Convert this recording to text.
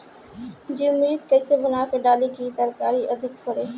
जीवमृत कईसे बनाकर डाली की तरकरी अधिक फरे?